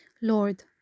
Lord